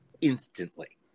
instantly